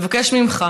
אני רוצה לבקש ממך,